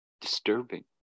disturbing